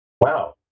wow